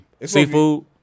Seafood